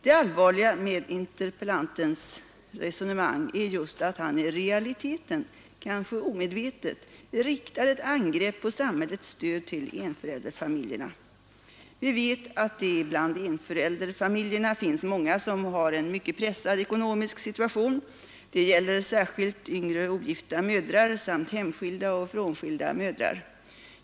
Det allvarliga med interpellantens resonemang är just att han i realiteten — kanske omedvetet — riktar ett angrepp på samhällets stöd till enförälderfamiljerna. Vi vet att det bland enförälderfamiljerna finns många som har en mycket pressad ekonomisk situation. Det gäller särskilt yngre ogifta mödrar samt hemskilda och frånskilda mödrar.